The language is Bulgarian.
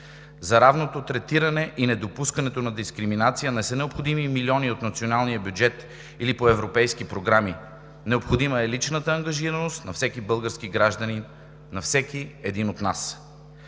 За равното третиране и недопускането на дискриминация не са необходими милиони от националния бюджет или по европейски програми, необходима е личната ангажираност на всеки български гражданин, на всеки един от нас.